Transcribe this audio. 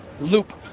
Loop